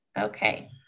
Okay